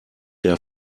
der